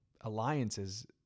alliances